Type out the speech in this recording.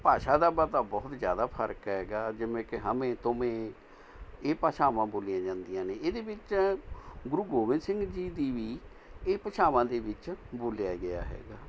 ਭਾਸ਼ਾ ਦਾ ਬਹੁਤ ਜ਼ਿਆਦਾ ਫਰਕ ਹੈਗਾ ਜਿਵੇਂ ਕਿ ਹਮੇ ਤੁਮੇ ਇਹ ਭਾਸ਼ਾਵਾਂ ਬੋਲ਼ੀਆਂ ਜਾਂਦੀਆਂ ਨੇ ਇਹਦੇ ਵਿੱਚ ਗੁਰੂ ਗੋਬਿੰਦ ਸਿੰਘ ਜੀ ਦੀ ਵੀ ਇਹ ਭਾਸ਼ਾਵਾਂ ਦੇ ਵਿੱਚ ਬੋਲ਼ਿਆ ਗਿਆ ਹੈਗਾ